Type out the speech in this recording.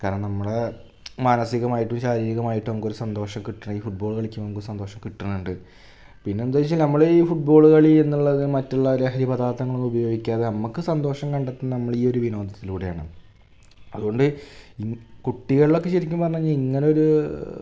കാരണം നമ്മളുടെ മാനസികമായിട്ടും ശാരീരികമായിട്ടും നമുക്കൊരു സന്തോഷം കിട്ടണെയീ ഫുട്ബോൾ കളിക്കുമ്പം നമുക്കൊരു സന്തോഷം കിട്ടുന്നുണ്ട് പിന്നെന്തു ചോദിച്ചാല് നമ്മളീ ഫുട്ബോൾ കളിയെന്നുള്ളത് മറ്റുള്ള ലഹരിപദാര്ത്ഥങ്ങളൊന്നും ഉപയോഗിക്കാതെ നമുക്ക് സന്തോഷം കണ്ടെത്തുന്ന നമ്മളീയൊരു വിനോദത്തിലൂടെയാണ് അതു കൊണ്ട് ഇ കുട്ടികളിലൊക്കെ ശരിക്കും പറഞ്ഞു കഴിഞ്ഞാൽ ഇങ്ങനൊരു